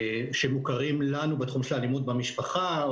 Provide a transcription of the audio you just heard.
שמוכרים לנו בתחום של האלימות במשפחה.